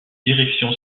direction